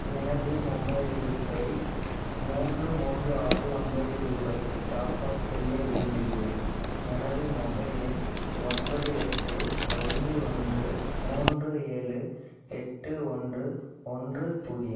எனது மொபைல் இருப்பை மூன்று மூன்று ஆறு ஒன்பது ரூபாய்க்கு டாப்அப் செய்ய விரும்புகிறேன் எனது மொபைல் எண் ஒன்பது எட்டு ஐந்து ஒன்று மூன்று ஏழு எட்டு ஒன்று ஒன்று பூஜ்ஜியம்